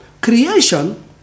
creation